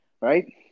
Right